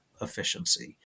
efficiency